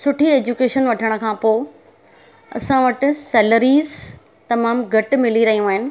सुठी एज्युकेशन वठण खां पोइ असां वटि सेलेरीस तमामु घटि मिली रहियूं आहिनि